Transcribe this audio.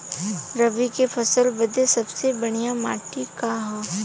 रबी क फसल बदे सबसे बढ़िया माटी का ह?